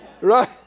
Right